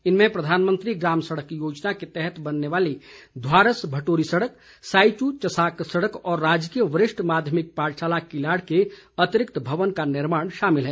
इनमें प्रधानमंत्री ग्राम सड़क योजना के तहत बनने वाली धवारस भटोरी सड़क साईचू चसाक सड़क और राजकीय वरिष्ठ माध्यमिक पाठशाला किलाड़ के अतिरिक्त भवन का निर्माण शामिल है